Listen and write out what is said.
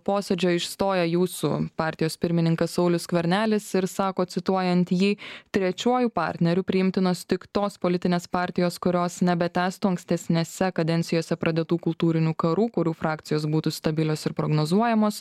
posėdžio išstoja jūsų partijos pirmininkas saulius skvernelis ir sako cituojant jį trečiuoju partneriu priimtinos tik tos politinės partijos kurios nebetęstų ankstesnėse kadencijose pradėtų kultūrinių karų kurių frakcijos būtų stabilios ir prognozuojamos